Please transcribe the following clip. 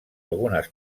algunes